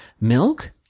Milk